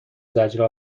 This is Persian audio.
زجر